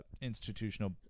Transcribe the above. institutional